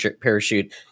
parachute